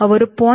ಅವರು 0